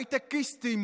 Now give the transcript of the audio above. הייטקיסטים,